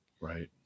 Right